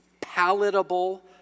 palatable